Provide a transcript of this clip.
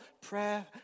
Prayer